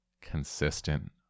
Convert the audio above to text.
consistent